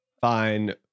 fine